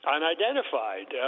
Unidentified